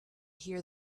hear